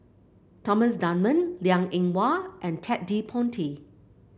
Thomas Dunman Liang Eng Hwa and Ted De Ponti